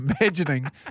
Imagining